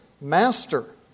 Master